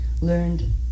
learned